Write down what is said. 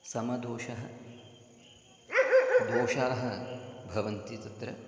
समदोषः दोषाः भवन्ति तत्र